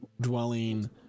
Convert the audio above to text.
dwelling